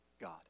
God